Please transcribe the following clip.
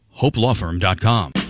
HopeLawFirm.com